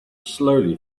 slowly